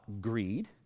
greed